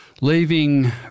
leaving